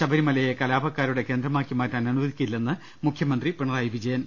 ശബരിമലയെ കലാപക്കാരുടെ കേന്ദ്രമാക്കി മാറ്റാൻ അനു വദിക്കില്ലെന്ന് മുഖ്യമന്ത്രി പിണറായി വിജയൻ